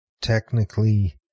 technically